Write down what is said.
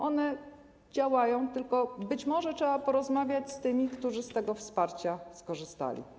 One działają, tylko być może trzeba porozmawiać z tymi, którzy z tego wsparcia skorzystali.